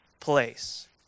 place